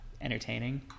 entertaining